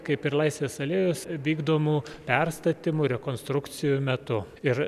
kaip ir laisvės alėjos vykdomų perstatymų rekonstrukcijų metu ir